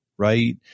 right